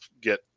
get